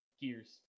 Gears